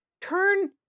turn